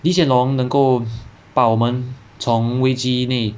李显龙能够把我们从危机内